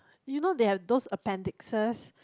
you know they have those appendixes